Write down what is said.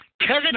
Kevin